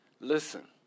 Listen